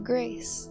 Grace